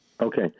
Okay